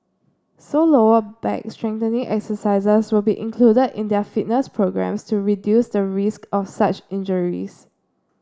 so lower back strengthening exercises will be included in their fitness programmes to reduce the risk of such injuries